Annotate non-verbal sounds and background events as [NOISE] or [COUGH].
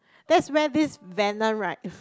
that's where this Venom right [NOISE]